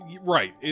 right